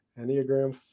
enneagram